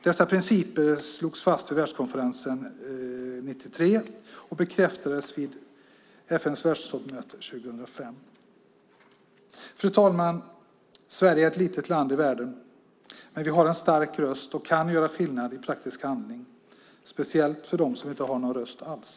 Dessa principer slogs fast vid världskonferensen 1993 och bekräftades vid FN:s världstoppmöte 2005. Fru talman! Sverige är ett litet land i världen, men vi har en stark röst och kan göra skillnad i praktisk handling, speciellt för dem som inte har någon röst alls.